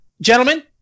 Gentlemen